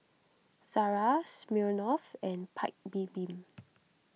Zara Smirnoff and Paik's Bibim